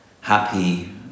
happy